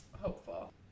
hopeful